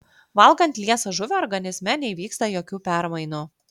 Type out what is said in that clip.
valgant liesą žuvį organizme neįvyksta jokių permainų